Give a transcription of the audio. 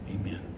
amen